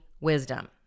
wisdom